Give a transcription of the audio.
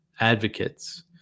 Advocates